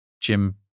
jim